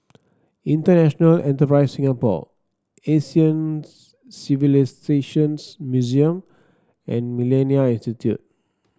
International Enterprise Singapore Asian Civilisations Museum and MillenniA Institute